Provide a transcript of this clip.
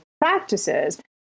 practices